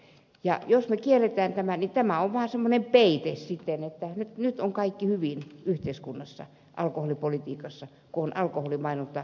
jos me kiellämme tämän niin tämä on vaan semmoinen peite sitten että nyt on kaikki hyvin yhteiskunnassa alkoholipolitiikassa kun on alkoholimainonta kielletty